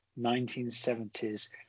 1970s